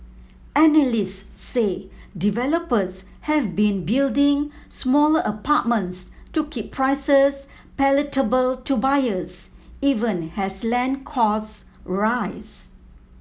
analysts say developers have been building smaller apartments to keep prices palatable to buyers even as land costs rise